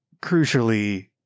crucially